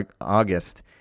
August